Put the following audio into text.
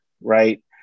right